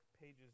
pages